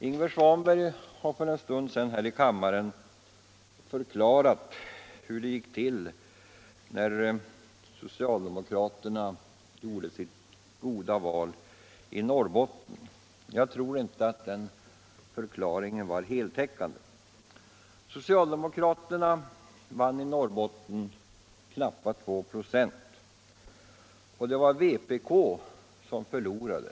Ingvar Svanberg har för en stund sedan här i kammaren förklarat hur det gick till när socialdemokraterna gjorde sitt goda val i Norrbotten. Jag tror inte att den förklaringen är heltäckande. Socialdemokraterna vann i Norrbotten knappa 2 5, och det var vpk som förlorade.